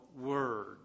word